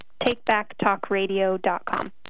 TakeBackTalkRadio.com